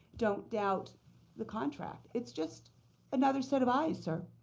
don't doubt the contract. it's just another set of eyes, sir.